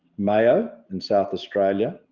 mayo in south australia,